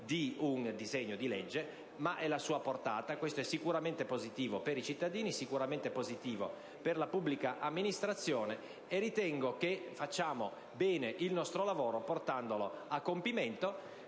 di un disegno di legge, bensì la sua portata. Questo testo è sicuramente positivo per i cittadini e per la pubblica amministrazione. Ritengo che facciamo bene il nostro lavoro portandolo a compimento,